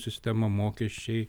sistema mokesčiai